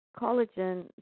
collagen